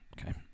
Okay